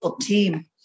team